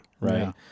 right